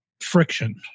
friction